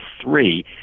three